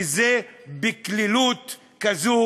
ובקלילות כזאת